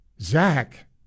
Zach